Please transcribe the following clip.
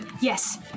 Yes